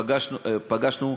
פגשנו,